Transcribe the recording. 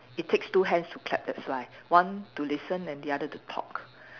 it takes two hands to clap that's why one to listen and the other to talk